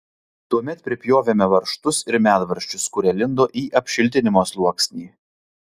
tuomet pripjovėme varžtus ir medvaržčius kurie lindo į apšiltinimo sluoksnį